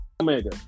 Omega